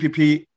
APP